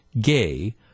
gay